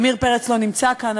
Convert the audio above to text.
עמיר פרץ לא נמצא כאן,